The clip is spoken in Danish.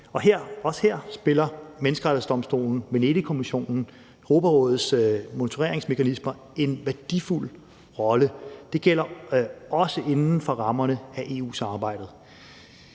også her spiller Menneskerettighedsdomstolen, Venedigkommissionen, Europarådets monitoreringsmekanismer en værdifuld rolle. Det gælder også inden for rammerne af EU-samarbejdet.